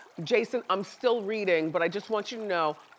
jason, i'm still reading but i just want you to know,